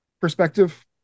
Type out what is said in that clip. perspective